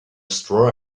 straw